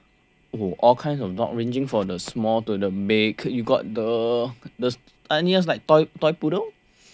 oh all kinds of dogs ranging from the small to the big you got the the tiniest like toy toy poodle okay